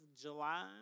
July